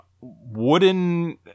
wooden